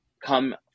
come